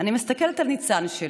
אני מסתכלת על ניצן שלי